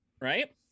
Right